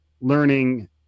learning